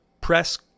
press